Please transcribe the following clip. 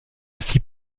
aussi